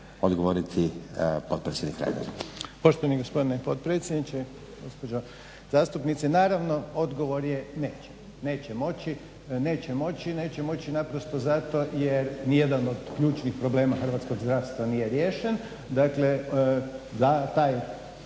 odgovoriti potpredsjednik Reiner. **Reiner, Željko (HDZ)** Poštovani gospodine potpredsjedniče, gospođo zastupnice. Naravno odgovor je neće, neće moći. Neće moći naprosto jer ni jedan od ključnih problema hrvatskog zdravstva nije riješen. Dakle, da